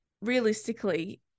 realistically